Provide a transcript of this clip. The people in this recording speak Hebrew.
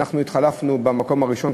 אנחנו התחלפנו במקום הראשון,